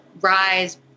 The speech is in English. Rise